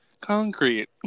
concrete